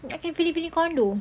tak pergi feeling feeling condo